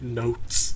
notes